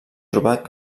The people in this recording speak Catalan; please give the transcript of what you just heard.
trobat